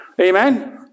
Amen